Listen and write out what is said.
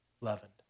leavened